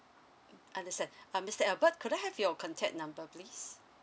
understand uh mister albert could I have your contact number please